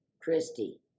Christy